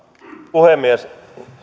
puhemies